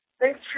thanks